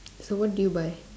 so what do you buy